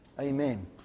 Amen